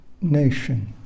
nation